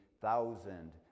thousand